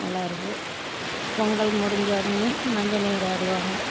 நல்லாயிருக்கு பொங்கல் முடிஞ்சோடன்னே மஞ்சள் நீராடுவாங்க